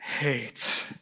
hate